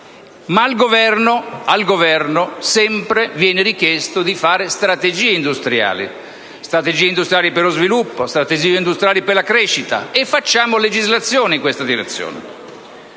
Al Governo, però, viene sempre richiesto di fare strategie industriali per lo sviluppo, per la crescita, e facciamo le legislazioni in questa direzione.